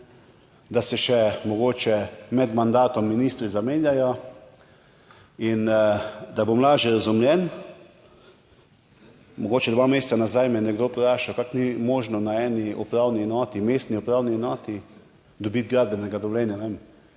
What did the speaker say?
da se še mogoče med mandatom ministri zamenjajo. Da bom lažje razumljen, mogoče dva meseca nazaj me je nekdo vprašal, kako ni možno na eni upravni enoti, mestni upravni enoti dobiti gradbenega dovoljenja v